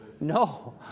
No